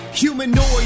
Humanoid